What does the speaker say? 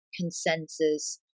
consensus